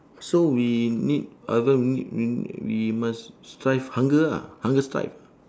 so we need other need we must strive hunger ah hunger strike